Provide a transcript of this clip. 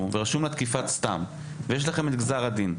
ורשום לה תקיפת סתם ויש לכם את גזר הדין.